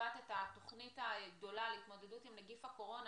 קובעת את התוכנית הגדולה להתמודדות עם נגיף הקורונה,